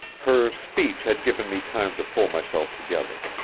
her speech had given me time to pull myself together.